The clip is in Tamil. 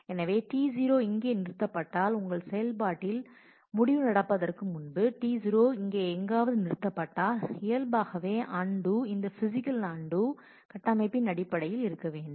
எனவே T0 இங்கே நிறுத்தப்பட்டால் உங்கள் செயல்பாட்டு முடிவு நடப்பதற்கு முன்பு T0 இங்கே எங்காவது நிறுத்தப்பட்டால் இயல்பாகவே அன்டூ இந்த பிசிக்கல் அன்டூ கட்டமைப்பின் அடிப்படையில் இருக்க வேண்டும்